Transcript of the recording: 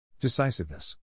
Decisiveness